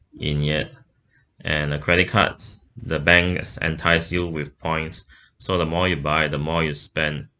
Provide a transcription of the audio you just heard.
in yet and uh credit cards the banks enticed you with points so the more you buy the more you spend